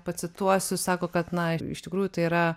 pacituosiu sako kad na iš tikrųjų tai yra